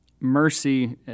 mercy